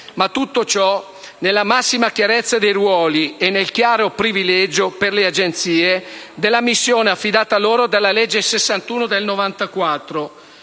avvenire nella massima chiarezza dei ruoli e nel chiaro privilegio, per le Agenzie, della missione affidata loro dalla legge n. 61 del 1994.